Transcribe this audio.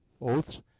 oaths